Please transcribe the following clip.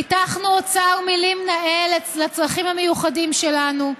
פיתחנו אוצר מילים נאה לצרכים המיוחדים שלנו.